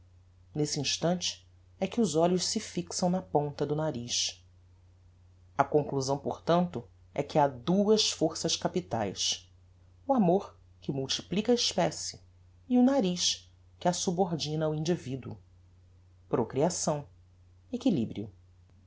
nesse instante é que os olhos se fixam na ponta do nariz a conclusão portanto é que ha duas forças capitaes o amor que multiplica a especie e o nariz que a subordina ao individuo procreação equilibrio